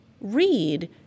read